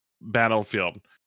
battlefield